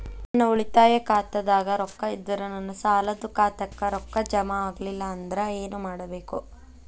ನನ್ನ ಉಳಿತಾಯ ಖಾತಾದಾಗ ರೊಕ್ಕ ಇದ್ದರೂ ನನ್ನ ಸಾಲದು ಖಾತೆಕ್ಕ ರೊಕ್ಕ ಜಮ ಆಗ್ಲಿಲ್ಲ ಅಂದ್ರ ಏನು ಮಾಡಬೇಕು?